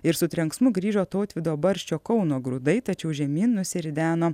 ir su trenksmu grįžo tautvydo barščio kauno grūdai tačiau žemyn nusirideno